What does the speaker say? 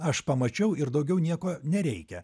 aš pamačiau ir daugiau nieko nereikia